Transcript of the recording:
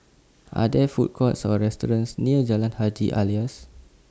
Are There Food Courts Or restaurants near Jalan Haji Alias